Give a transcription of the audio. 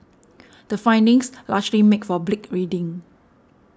the findings largely make for bleak reading